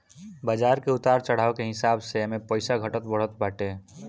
बाजार के उतार चढ़ाव के हिसाब से एमे पईसा घटत बढ़त बाटे